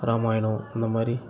ராமாயணம் இந்த மாதிரி